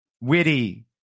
witty